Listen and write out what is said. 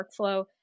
workflow